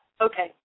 okay